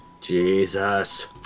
Jesus